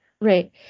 Right